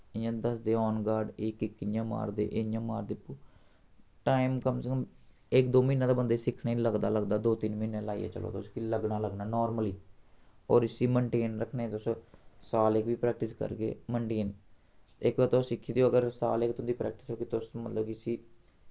इ'यां दसदे आन गार्ड एह् किक इ'यां मारदे एह् इ'यां मारदे टाइम कम से कम इक दो म्हीना ते बंदे सिक्खने लगदा लगदा दो तिन्न म्हीनें लाइयै चलो तुस कि लग्गना लग्गना नार्मली और इस्सी मेनटेन रक्खने गी तुस साल इक बी प्रैक्टिस करगे मेनटेन इक बार तुस सिक्खी दी हो अगर साल इक तुं'दी प्रैक्टिस होगी तुस मतलब कि इस्सी